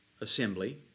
assembly